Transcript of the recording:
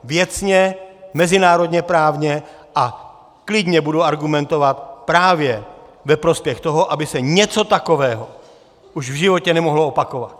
Věcně, mezinárodněprávně a klidně budu argumentovat právě ve prospěch toho, aby se něco takového už v životě nemohlo opakovat.